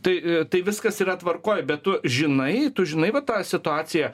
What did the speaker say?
tai tai viskas yra tvarkoj bet tu žinai tu žinai vat tą situaciją